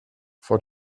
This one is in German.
vor